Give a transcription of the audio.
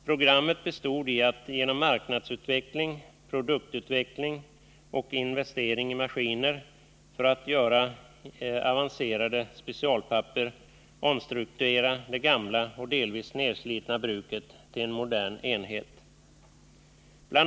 Programmet bestod i att genom marknadsutveckling, produktutveckling och investering i maskiner för att göra avancerat specialpapper omstrukturera det gamla och delvis nedslitna bruket till en modern enhet. BI.